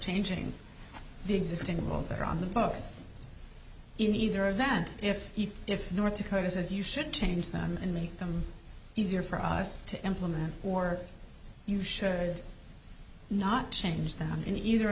changing the existing the most that are on the books in either event if he if north dakota says you should change them and make them easier for us to implement or you should not change them in either